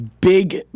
big